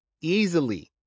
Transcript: easily